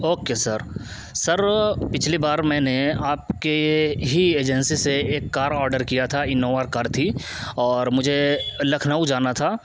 okay sir sir پچھلی بار میں نے آپ کے ہی ایجنسی سے ایک کار آڈر کیا تھا انووا کار تھی اور مجھے لکھنؤ جانا تھا